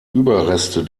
überreste